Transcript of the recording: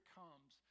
comes